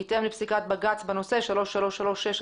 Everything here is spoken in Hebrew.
בהתאם לפסיקת בג"ץ מס' 3336/04,